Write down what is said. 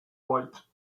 right